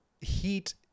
heat